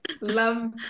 love